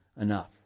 enough